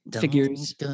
Figures